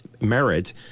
Merit